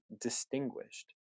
distinguished